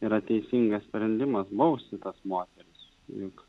yra teisingas sprendimas bausti tas moteris juk